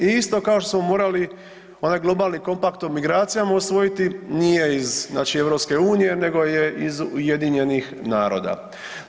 Isto kao što smo morali onaj globalni kompakt o migracijama usvojiti, nije iz znači EU-a nego je iz UN-a.